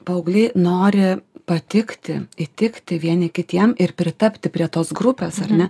paaugliai nori patikti įtikti vieni kitiem ir pritapti prie tos grupės ar ne